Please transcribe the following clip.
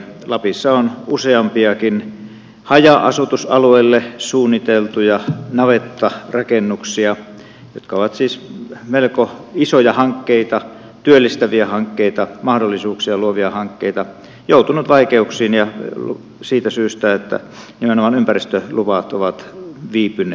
lapissa on useampiakin haja asutusalueelle suunniteltuja navettarakennuksia jotka ovat siis melko isoja hankkeita työllistäviä hankkeita mahdollisuuksia luovia hankkeita joutunut vaikeuksiin ja siitä syystä että nimenomaan ympäristöluvat ovat viipyneet